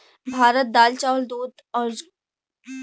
भारत दाल चावल दूध जूट और काटन का विश्व में सबसे बड़ा उतपादक रहल बा